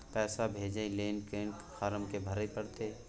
पैसा भेजय लेल कोन फारम के भरय परतै?